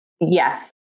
Yes